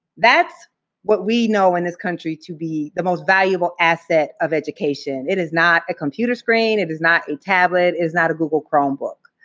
that's what we know in this country to be the most valuable asset of education. it is not a computer screen. it is not a tablet. it is not a google chromebook.